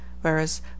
whereas